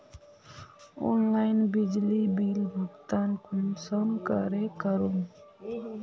Online बिजली bill भुगतान कुंसम करे करूम?